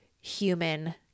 human